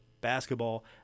Basketball